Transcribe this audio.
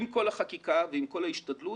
עם כל החקיקה ועם כל ההשתדלות,